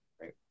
Right